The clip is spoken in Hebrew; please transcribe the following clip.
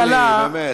הילדים המסכנים,